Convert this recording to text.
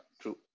true